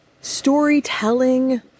storytelling